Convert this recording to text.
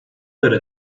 göre